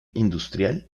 industrial